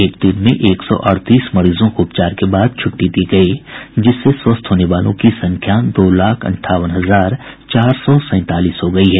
एक दिन में एक सौ अड़तीस मरीजों को उपचार के बाद छुट्टी दी गई जिससे स्वस्थ होने वालों की संख्या दो लाख अंठावन हजार चार सौ सैंतालीस हो गई है